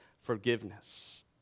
forgiveness